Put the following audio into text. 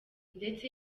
ndetse